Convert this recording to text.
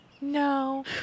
No